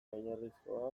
oinarrizkoa